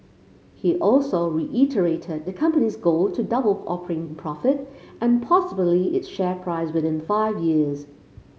he also reiterated the company's goal to double operating profit and possibly its share price within five years